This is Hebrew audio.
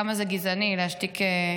כמה זה גזעני להשתיק,